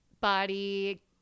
body